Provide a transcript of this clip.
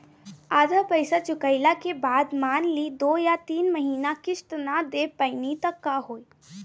आधा पईसा चुकइला के बाद मान ली दो या तीन महिना किश्त ना दे पैनी त का होई?